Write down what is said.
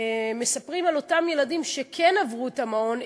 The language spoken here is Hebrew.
ומספרים על אותם ילדים שכן עברו את המעון,